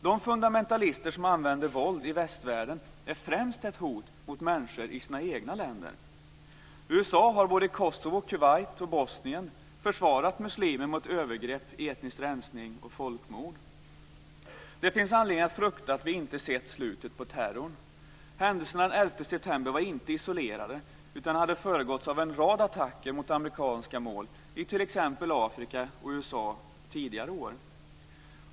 De fundamentalister som använder våld i västvärlden är ett hot främst mot människor i sina egna länder. USA har i Kosovo, Kuwait och Bosnien försvarat muslimer mot övergrepp, etnisk rensning och folkmord. Det finns anledning att frukta att vi inte har sett slutet på terrorn. Händelserna den 11 september var inte isolerade utan hade föregåtts av en rad attacker mot amerikanska mål i t.ex. Afrika och USA under tidigare år.